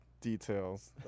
details